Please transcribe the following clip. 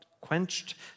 quenched